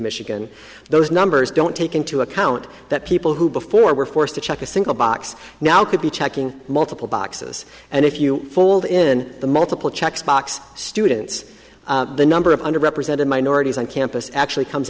michigan those numbers don't take into account that people who before were forced to check a single box now could be checking multiple boxes and if you fold in the multiple checks box students the number of under represented minorities on campus actually comes